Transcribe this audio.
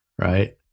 right